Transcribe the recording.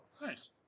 Nice